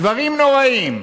דברים נוראיים.